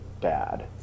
bad